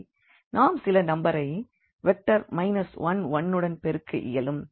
நாம் சில நம்பரை வெக்டர் 1 1 உடன் பெருக்க இயலும்